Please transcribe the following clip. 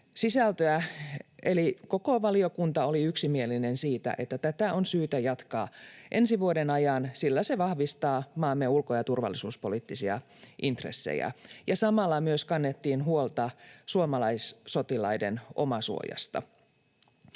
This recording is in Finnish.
koko valiokunta oli yksimielinen siitä, että tätä on syytä jatkaa ensi vuoden ajan, sillä se vahvistaa maamme ulko- ja turvallisuuspoliittisia intressejä. Samalla myös kannettiin huolta suomalaissotilaiden omasuojasta.